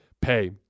pay